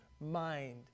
mind